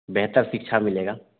बेहतर शिक्षा मिलेगी